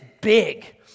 big